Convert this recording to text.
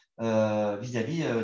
vis-à-vis